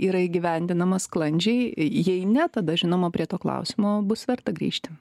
yra įgyvendinama sklandžiai jei ne tada žinoma prie to klausimo bus verta grįžti